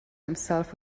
himself